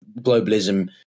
globalism